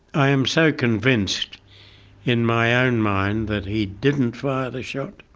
i am so convinced in my own mind that he didn't fire the shot,